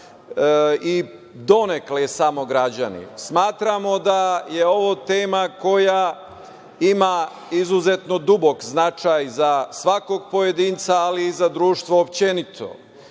i donekle samo građani. Smatramo da je ovo tema koja ima izuzetno dubok značaj za svakog pojedinca ali i za društvo općenito. Igra